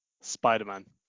Spider-Man